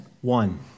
One